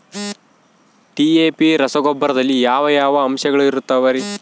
DAP ರಸಗೊಬ್ಬರದಲ್ಲಿ ಯಾವ ಯಾವ ಅಂಶಗಳಿರುತ್ತವರಿ?